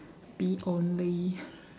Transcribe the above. B only